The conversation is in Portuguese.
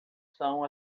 são